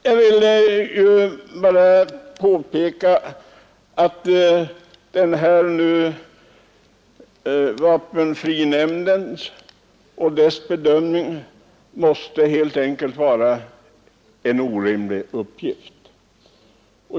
Jag upprepar att vapenfrinämndens bedömning helt enkelt måste vara en orimlig uppgift.